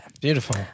Beautiful